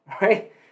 Right